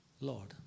Lord